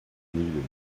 needed